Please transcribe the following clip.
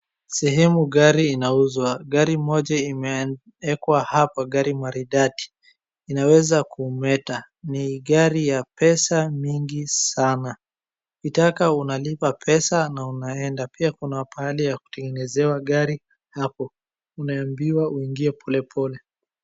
Sehemu gari inauzwa. Gari moja imeekwa hapa, gari maridadi inaweza kumeta. Ni gari ya pesa mingi sana, ukitaka unalipa pesa na unaenda, pia kuna pahali ya kutengenezewa gari hapo. Unaambiwa uingie polepole.